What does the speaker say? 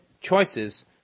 choices